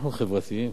אנחנו חברתיים.